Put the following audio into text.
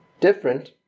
different